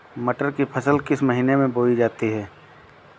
मटर की फसल किस महीने में बोई जाती है?